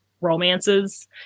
romances